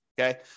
Okay